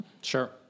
Sure